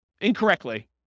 incorrectly